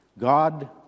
God